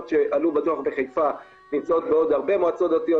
שעלו בדוח בחיפה נמצאות בעוד הרבה מועצות דתיות.